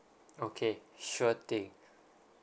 okay sure thing